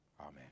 amen